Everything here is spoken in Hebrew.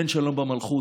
תן שלום במלכות,